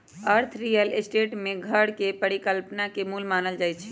अर्थ real estate में घर के परिकल्पना के मूल मानल जाई छई